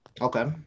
Okay